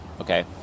okay